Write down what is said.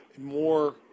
more